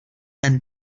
and